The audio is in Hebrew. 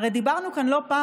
הרי דיברנו כאן לא פעם,